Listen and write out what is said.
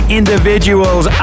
individuals